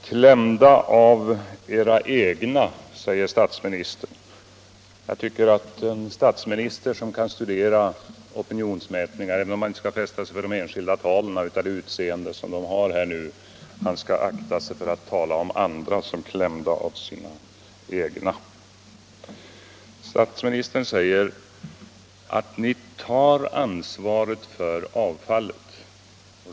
Herr talman! Klämda av era egna, säger statsministern. Jag tycker att en statsminister som kan studera opinionsmätningar — även om man inte skall fästa sig vid de enskilda talen utan tendensen i stort — skall akta sig för att tala om andra som klämda av sina egna. Statministern säger att regeringen tar ansvaret för avfallet.